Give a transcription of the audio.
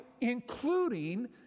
including